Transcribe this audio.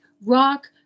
rock